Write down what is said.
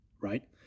right